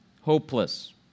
Hopeless